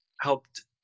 helped